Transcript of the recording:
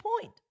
point